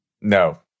No